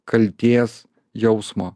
kaltės jausmo